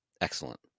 Excellent